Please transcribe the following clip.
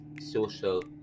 social